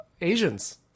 asians